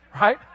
right